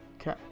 Okay